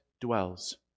dwells